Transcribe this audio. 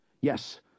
Yes